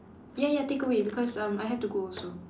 ya ya take away because um I have to go also